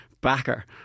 backer